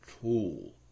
tool